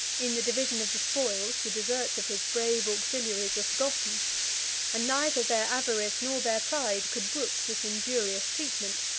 in the division of the spoils, the deserts of his brave auxiliaries were forgotten and neither their avarice nor their pride could brook this injurious treatment.